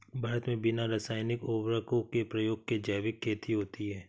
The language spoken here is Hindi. भारत मे बिना रासायनिक उर्वरको के प्रयोग के जैविक खेती होती है